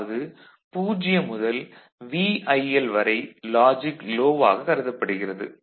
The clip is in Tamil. அதாவது 0 முதல் VIL வரை லாஜிக் லோ ஆக கருதப்படுகிறது